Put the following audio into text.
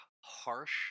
harsh